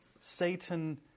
Satan